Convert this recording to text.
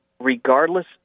regardless